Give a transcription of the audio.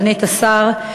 סגנית השר,